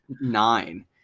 nine